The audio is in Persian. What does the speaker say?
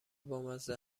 بامزه